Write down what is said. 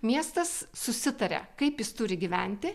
miestas susitarė kaip jis turi gyventi